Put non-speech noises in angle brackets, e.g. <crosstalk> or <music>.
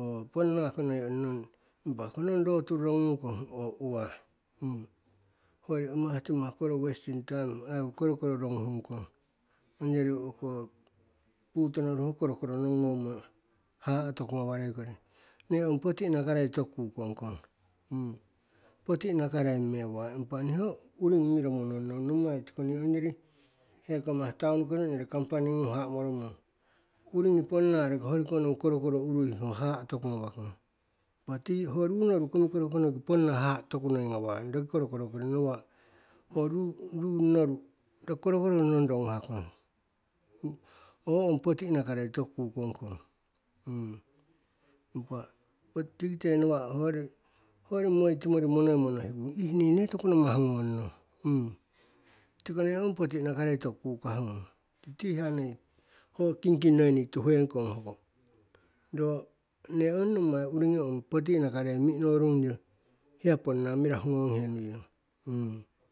ho ponna ko noi ong nong, impa hokonong lotu rorogung kong, o uwa, <hesitation> hoi amah timah kori wastim taim, ai korokoro rogu hungkong. Ong yori o'oko putonoruho korokoro nong gommo, haha'a toku gawarei koring. Nne ong poti inakarei toku kukong kong, <hesitation> poti inakarei mewa, impa ni ho uri miro monong nong, nommai tiko ni ong yori hekomah taun nuki noi ong yori kampani gung haha'a moro murong. Urigi ponna roki hoyori ko nong korokoro urui ho haha'a toku gawakong, impa ti ho ru noru komikoro konoki pongna haha'a tokunoi gawayu, roki korokoro korinong <hesitation> ho ru, runoru roki korokoro ki nong roguha kong, <hesitation> ho ong poti inakarei toku kukong kong. <hesitation> impa ho tikite nawa'a hoyori, hoyori moi timori monoimo nohikung, ih ni ne toku nawah gonnong, <hesitation> tiko nne ong poti inakarei toku kukah gnung. Titi hiya noi, ho kingking noi ni tuhekong hoko, ro nne ong nommai urigi ong poti inakarei mi'inorung yo, hiya ponna mirahu gonghe nuiyong <hesitation>